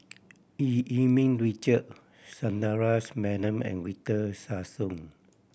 Eu Yee Ming Richard Sundaresh Menon and Victor Sassoon